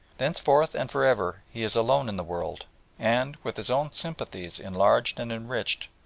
thenceforth and for ever he is alone in the world and, with his own sympathies enlarged and enriched,